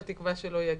בתקווה שלא יגיע.